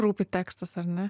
rūpi tekstas ar ne